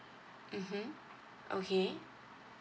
mmhmm okay